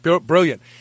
Brilliant